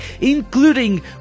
including